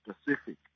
specific